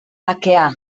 bakea